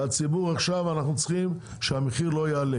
אנחנו צריכים שהמחיר לא יעלה.